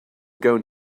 going